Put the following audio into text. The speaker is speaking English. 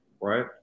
right